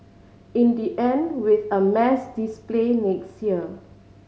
in the end with a mass display next year